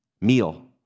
meal